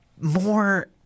more